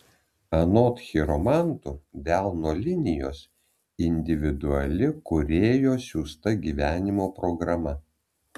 anot chiromantų delno linijos individuali kūrėjo siųsta gyvenimo programa